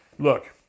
Look